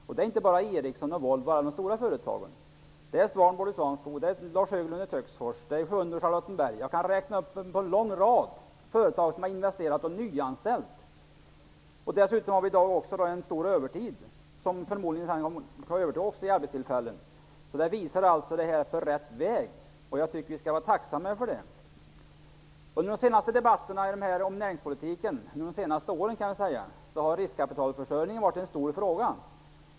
Det gäller inte bara de stora företagen Ericsson och Volvo utan företag som Svanbord och Svanskog, Lars Höglund i Töcksfors och Sjunne i Charlottenberg. Jag kan räkna upp en lång rad företag som investerat och nyanställt. Dessutom uppvisar företagen i dag en stor övertid, som förmodligen så småningom också övergår till arbetstillfällen. Det visar att vi är på rätt väg. Det skall vi vara tacksamma för. Vid debatterna om näringspolitiken under de senaste åren har riskkapitalförsörjningen varit en stor fråga.